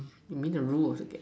you mean the rule was like